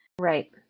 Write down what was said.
right